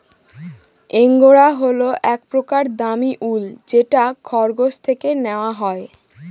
angora হল এক প্রকার দামী উল যেটা খরগোশ থেকে নেওয়া হয়